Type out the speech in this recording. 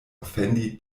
ofendi